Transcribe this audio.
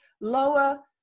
lower